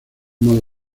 modo